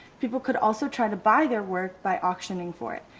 people could also try to buy their work by auctioning for it.